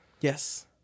Yes